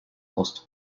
costo